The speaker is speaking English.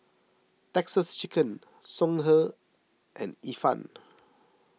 Texas Chicken Songhe and Ifan